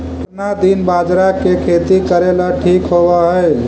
केतना दिन बाजरा के खेती करेला ठिक होवहइ?